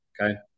Okay